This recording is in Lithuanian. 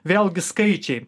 vėlgi skaičiai